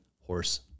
horse